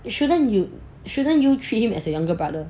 it shouldn't you shouldn't you treat him as a younger brother